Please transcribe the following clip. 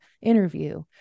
interview